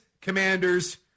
commanders